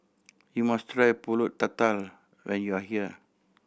you must try Pulut Tatal when you are here